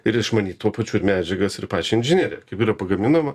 ir išmanyt tuo pačiu ir medžiagas ir pačią inžineriją kaip yra pagaminama